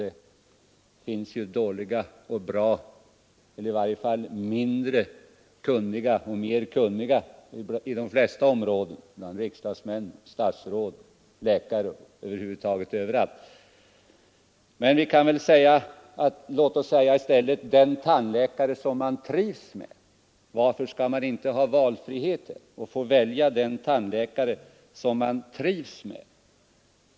Det finns dåliga och bra eller i varje fall mer eller mindre kunniga människor på de flesta områden — bland riksdagsmän, statsråd, läkare, ja, överallt. Låt oss i stället tänka på frågan: Varför skall man inte ha valfrihet och få välja den tandläkare man trivs med?